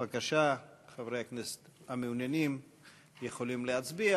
בבקשה, חברי הכנסת המעוניינים יכולים להצביע.